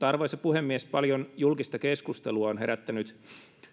arvoisa puhemies paljon julkista keskustelua on herättänyt